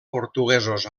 portuguesos